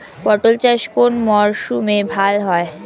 পটল চাষ কোন মরশুমে ভাল হয়?